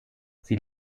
sie